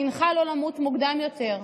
דינך לא למות מוקדם יותר,